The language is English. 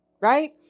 right